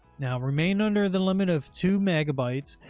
now remain under the limit of two megabytes,